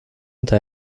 inte